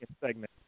segment